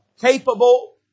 capable